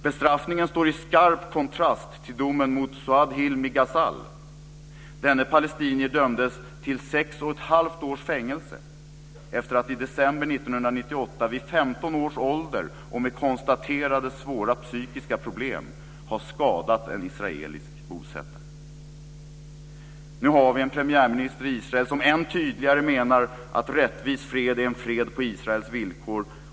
Bestraffningen står i skarp kontrast till domen mot Su'ad Hilmi års ålder och med konstaterade svåra psykiska problem, ha skadat en israelisk bosättare. Nu har vi en premiärminister i Israel som än tydligare menar att rättvis fred är en fred på Israels villkor.